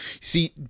See